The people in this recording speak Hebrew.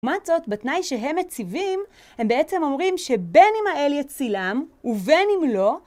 לעומת זאת, בתנאי שהם מציבים, הם בעצם אומרים שבין אם האל יצילם ובין אם לא